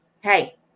hey